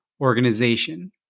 organization